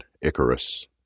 Icarus